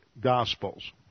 Gospels